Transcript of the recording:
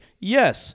Yes